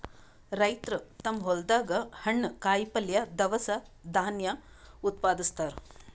ರೈತರ್ ತಮ್ಮ್ ಹೊಲ್ದಾಗ ಹಣ್ಣ್, ಕಾಯಿಪಲ್ಯ, ದವಸ ಧಾನ್ಯ ಉತ್ಪಾದಸ್ತಾರ್